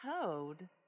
code